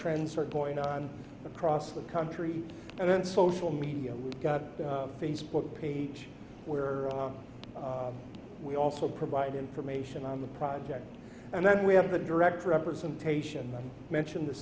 trends are going on across the country and then social media we've got a facebook page where we also provide information on the project and then we have the direct representation mention the